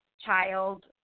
child